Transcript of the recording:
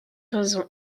raisons